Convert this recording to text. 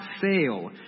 fail